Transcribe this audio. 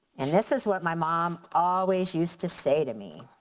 and this is what my mom always used to say to me.